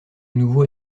nouveau